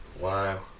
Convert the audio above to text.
Wow